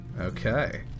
Okay